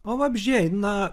o vabzdžiai na